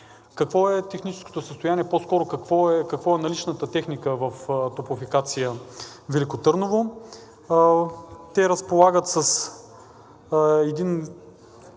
Какво е техническото състояние, по-скоро каква е наличната техника в „Топлофикация – Велико Търново“? Те разполагат с един